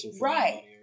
Right